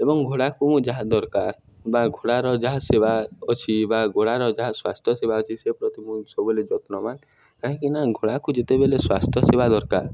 ଏବଂ ଘୋଡ଼ାକୁ ମୁଁ ଯାହା ଦରକାର ବା ଘୋଡ଼ାର ଯାହା ସେବା ଅଛି ବା ଘୋଡ଼ାର ଯାହା ସ୍ୱାସ୍ଥ୍ୟ ସେବା ଅଛି ସେ ପ୍ରତି ମୁଁ ସବୁବେଳେ ଯତ୍ନବାନ କାହିଁକିନା ଘୋଡ଼ାକୁ ଯେତେବେଳେ ସ୍ୱାସ୍ଥ୍ୟ ସେବା ଦରକାର